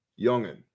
Youngin